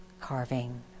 carving